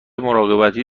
مراقبتی